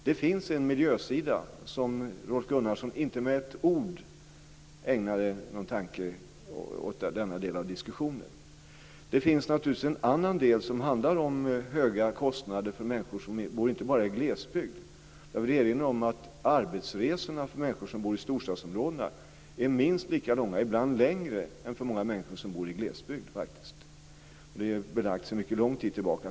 Det finns en miljösida som Rolf Gunnarsson inte ägnade ett ord åt i denna del av diskussionen. Det finns naturligtvis en annan del som handlar om höga kostnader för människor som bor inte bara i glesbygd. Jag vill erinra om att arbetsresorna för människor som bor i storstadsområdena är minst lika långa, ibland längre, som för människor som bor i glesbygd. Detta är belagt sedan mycket lång tid tillbaka.